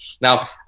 Now